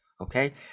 okay